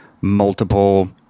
multiple